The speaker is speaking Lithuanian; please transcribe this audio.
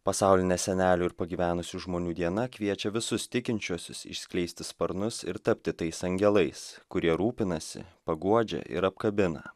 pasaulinė senelių ir pagyvenusių žmonių diena kviečia visus tikinčiuosius išskleisti sparnus ir tapti tais angelais kurie rūpinasi paguodžia ir apkabina